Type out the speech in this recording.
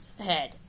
head